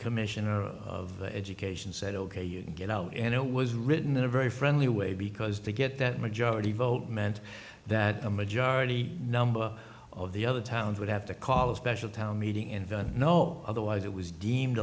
commissioner of education said ok you can get out and it was written in a very friendly way because they get that majority vote meant that a majority number of the other towns would have to call a special town meeting invented no otherwise it was deemed